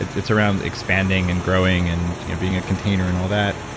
ah it's around expanding and growing and being a container and all that.